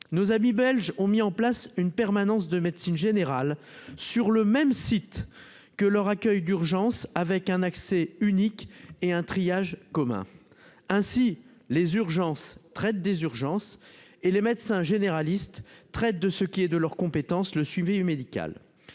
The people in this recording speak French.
nos amis belges ont mis en place une permanence de médecine générale sur le même site que leur accueil d'urgence avec un accès unique et un triage commun ainsi les urgences traite des urgences et les médecins généralistes traitent de ce qui est de leurs compétences, le suivi médical